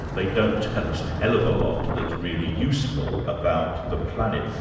they don't tell us a hell of a lot that's really useful about the planet.